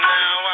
now